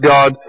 God